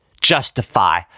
justify